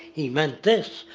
he meant this.